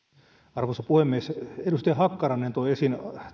arvoisa puhemies edustaja hakkarainen toi esiin